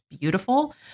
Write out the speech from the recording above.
beautiful